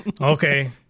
Okay